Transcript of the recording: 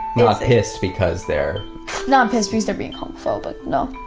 not pissed because they're not pissed because they're being homophobic, no.